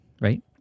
right